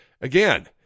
again